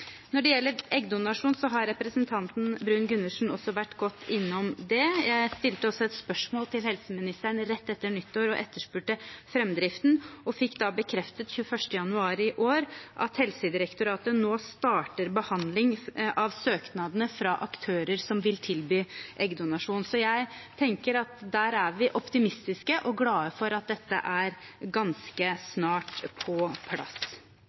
Når det gjelder eggdonasjon, har representanten Bruun-Gundersen vært godt innom det. Jeg stilte også et spørsmål til helseministeren rett etter nyttår og etterspurte framdriften og fikk da bekreftet den 21. januar i år at Helsedirektoratet nå starter behandling av søknadene fra aktører som vil tilby eggdonasjon. Jeg tenker at der er vi optimistiske og glade for at dette ganske snart er på plass.